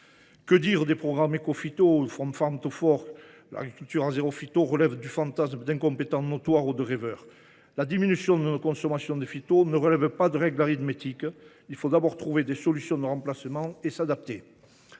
Que dire des programmes Écophyto ou ? L’agriculture « zéro phyto » relève du fantasme d’incompétents notoires ou de rêveurs ! La diminution de nos consommations de phytos ne relève pas de règles arithmétiques. Il faut d’abord trouver des solutions de remplacement et s’adapter.